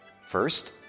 First